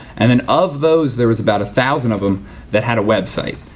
and and of those there was about a thousand of them that had a website.